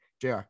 JR